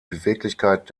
beweglichkeit